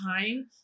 time